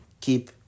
keep